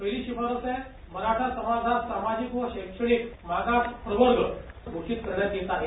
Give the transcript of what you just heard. पहिली शिफारश आहे मराठासमाज हा सामाजिक व शैक्षणिक मागास प्रवर्ग घोषित करण्यात येत आहे